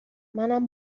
منم